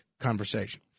conversation